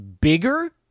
bigger